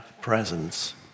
presence